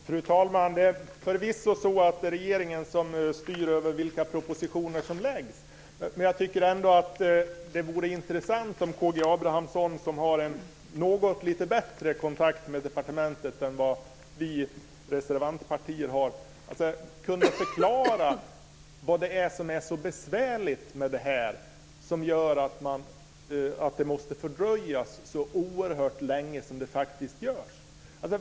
Fru talman! Förvisso är det så att det är regeringen som styr vilka propositioner som läggs fram. Jag tycker att det vore intressant om K G Abramsson, som har en något lite bättre kontakt med departementet än vad vi reservanter har, kunde förklara vad det är som är så besvärligt och som gör att det måste fördröjas så oerhört så länge som det faktiskt gör.